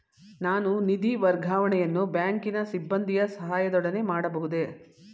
ನಾನು ನಿಧಿ ವರ್ಗಾವಣೆಯನ್ನು ಬ್ಯಾಂಕಿನ ಸಿಬ್ಬಂದಿಯ ಸಹಾಯದೊಡನೆ ಮಾಡಬಹುದೇ?